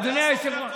אדוני היושב-ראש,